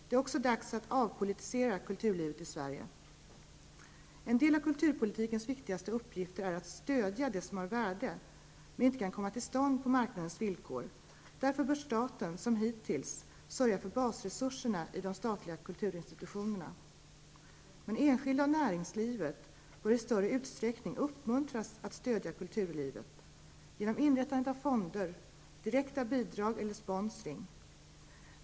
Det är också dags att avpolitisera kulturlivet i En av kulturpolitikens viktigaste uppgifter är att stödja det som har värde men inte kan komma till stånd på marknadens villkor. Därför bör staten, som hittills, sörja för basresurserna i de statliga kulturinstitutionerna, men enskilda och näringslivet bör i större utsträckning uppmuntras att stödja kulturlivet, genom inrättande av fonder, direkta bidrag eller sponsring.